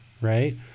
right